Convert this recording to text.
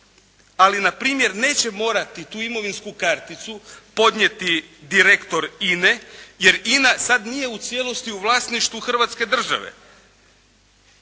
ali npr. neće morati tu imovinsku karticu podnijeti direktor INA-e jer INA sada nije u cijelosti u vlasništvu Hrvatske države,